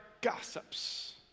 gossips